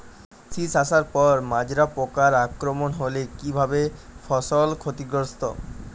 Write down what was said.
শীষ আসার পর মাজরা পোকার আক্রমণ হলে কী ভাবে ফসল ক্ষতিগ্রস্ত?